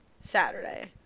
Saturday